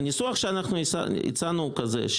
הניסוח שאנחנו הצענו הוא כזה,